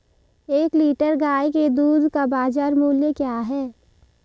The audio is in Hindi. एक लीटर गाय के दूध का बाज़ार मूल्य क्या है?